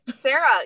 Sarah